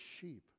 sheep